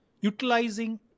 utilizing